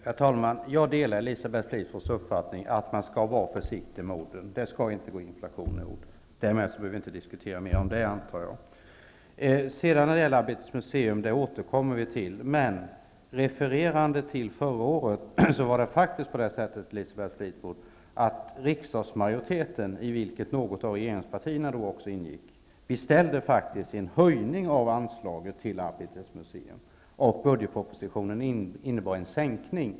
Herr talman! Jag delar Elisabeth Fleetwoods uppfattning att man skall vara försiktig med orden. Det skall inte gå inflation i ord. Därmed behöver vi inte diskutera det mer. Vi återkommer till frågan om Arbetets museum, men apropå refererande till förra året förhåller det sig så här: Riksdagsmajoriteten, i vilken något av regeringspartierna då också ingick, faktiskt beställde en höjning av anslaget till Arbetets museum. Budgetpropositionen innebar en sänkning.